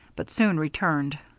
but soon returned.